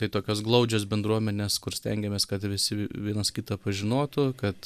tai tokios glaudžios bendruomenės kur stengiamės kad visi vienas kitą pažinotų kad